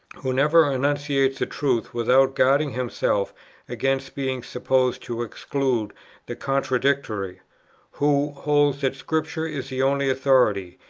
who never enunciates a truth without guarding himself against being supposed to exclude the contradictory who holds that scripture is the only authority,